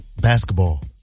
basketball